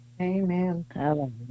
Amen